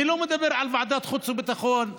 אני לא מדבר על ועדת חוץ וביטחון,